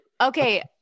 okay